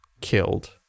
killed